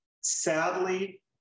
Sadly